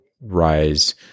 rise